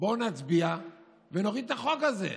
בואו נצביע ונוריד את החוק הזה.